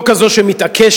לא כזו שמתעקשת,